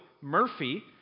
Murphy